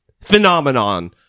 phenomenon